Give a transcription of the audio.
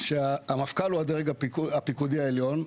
אומר שהמפכ"ל הוא הדרג הפיקודי העליון,